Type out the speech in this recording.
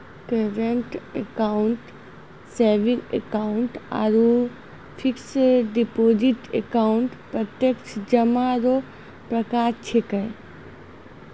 current account saving account आरु fix deposit account प्रत्यक्ष जमा रो प्रकार छिकै